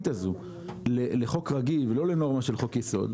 הזאת לחוק רגיל ולא לנורמה של חוק-יסוד,